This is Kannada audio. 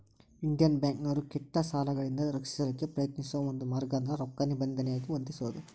ಇಂಡಿಯನ್ ಬ್ಯಾಂಕ್ನೋರು ಕೆಟ್ಟ ಸಾಲಗಳಿಂದ ರಕ್ಷಿಸಲಿಕ್ಕೆ ಪ್ರಯತ್ನಿಸೋ ಒಂದ ಮಾರ್ಗ ಅಂದ್ರ ರೊಕ್ಕಾ ನಿಬಂಧನೆಯಾಗಿ ಹೊಂದಿಸೊದು